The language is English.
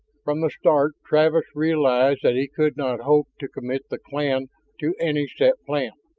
from the start travis realized that he could not hope to commit the clan to any set plan,